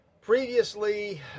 Previously